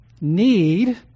need